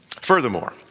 Furthermore